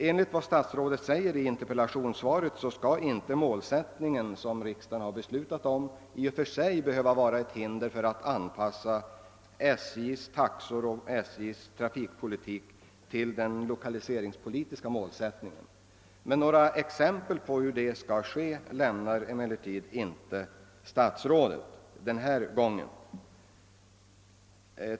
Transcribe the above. Enligt vad statsrådet säger i interpellationssvaret skall inte den trafikpolitiska målsättningen som riksdagen be slutat i och för sig behöva vara ett hinder för att anpassa SJ:s taxor och SJ:s trafikpolitik till den lokaliseringspolitiska målsättningen. Några exempel på hur det skall ske lämnar emellertid inte statsrådet.